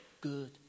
good